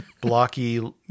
blocky